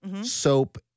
Soap